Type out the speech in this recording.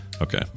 Okay